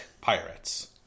pirates